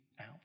out